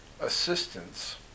assistance